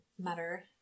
Matter